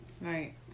Right